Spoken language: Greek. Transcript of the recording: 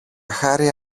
χάρη